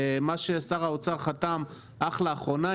מה ששר האוצר חתם אך לאחרונה,